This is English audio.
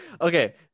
Okay